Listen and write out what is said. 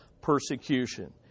persecution